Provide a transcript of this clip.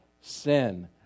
sin